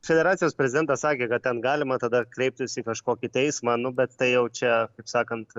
federacijos prezidentas sakė kad ten galima tada kreiptis į kažkokį teismą nu bet tai jau čia kaip sakant